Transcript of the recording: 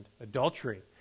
adultery